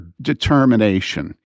determination